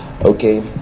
Okay